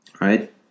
right